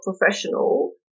professional